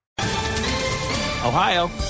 Ohio